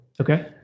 Okay